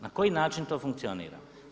Na koji način to funkcionira?